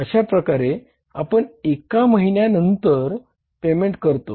अशा प्रकारे आपण एका महिन्या नंतर पेमेंट करतोत